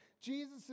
Jesus